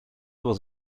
was